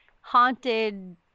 haunted